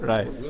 Right